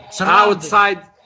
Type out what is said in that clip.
outside